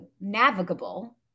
navigable